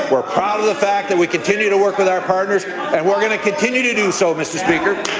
we're proud of the fact that we continue to work with our partners and we're going to continue to do so mr. speaker.